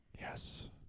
Yes